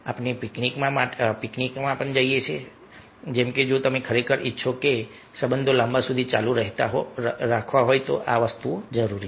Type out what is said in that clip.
આપણે સાથે પિકનિક માટે જવું જોઈએ જેમ કે જો તમે ખરેખર ઈચ્છો છો કે આ સંબંધ લાંબા સમય સુધી ચાલુ રહે તો આ વસ્તુઓ જરૂરી છે